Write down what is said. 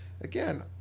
again